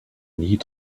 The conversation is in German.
nie